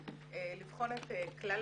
לבחון את כלל